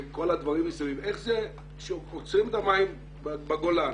איך זה שעוצרים את המים בגולן,